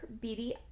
beady